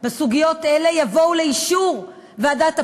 בסוגיות אלה יובאו לאישור ועדת הפנים,